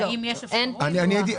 אין פילוח.